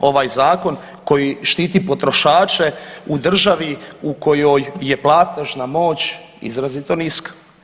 ovaj zakon koji štiti potrošače u državi u kojoj je platežna moć izrazito niska.